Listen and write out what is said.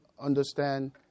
understand